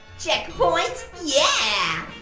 checkpoint, yeah.